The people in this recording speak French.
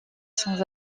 sans